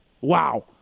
Wow